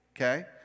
okay